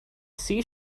sea